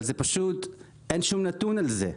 אבל אין שום נתון על זה.